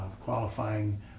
qualifying